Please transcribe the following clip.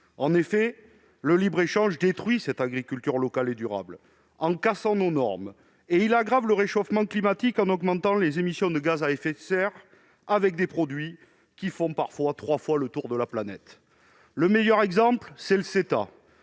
En effet, le libre-échange détruit l'agriculture durable et locale en cassant nos normes. Il aggrave le réchauffement climatique en augmentant les émissions de gaz à effet de serre, avec des produits qui font parfois trois fois le tour de la planète ! Le meilleur exemple en est le CETA,